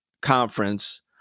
conference